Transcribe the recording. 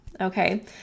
Okay